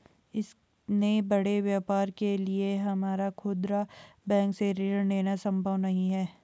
इतने बड़े व्यापार के लिए हमारा खुदरा बैंक से ऋण लेना सम्भव नहीं है